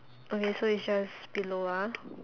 okay so it's just below ah